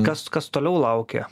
kas kas toliau laukia